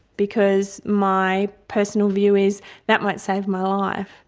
because my personal view is that might save my life.